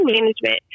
management